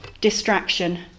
distraction